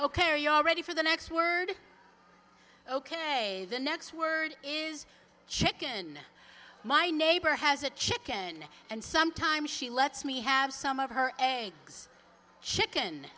ok are you all ready for the next word ok the next word is chicken my neighbor has a chicken and sometimes she lets me have some of her eggs chicken